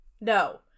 no